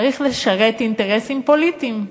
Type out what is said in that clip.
לשרת אינטרסים פוליטיים.